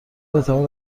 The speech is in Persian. بتواند